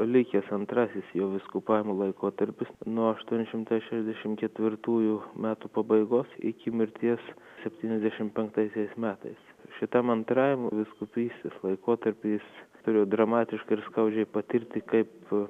likęs antrasis jo vyskupavimo laikotarpis nuo aštuoni šimtai šešiasdešimt ketvirtųjų metų pabaigos iki mirties septyniasdešimt penktaisiais metais šitam antrajam vyskupystės laikotarpį turėjo dramatiškai ir skaudžiai patirti kaip